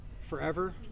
forever